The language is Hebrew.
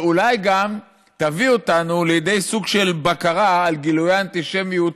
ואולי זה גם יביא אותנו לידי סוג של בקרה על גילויי אנטישמיות